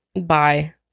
bye